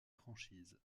franchise